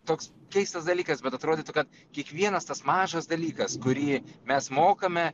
toks keistas dalykas bet atrodytų kad kiekvienas tas mažas dalykas kurį mes mokame